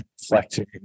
reflecting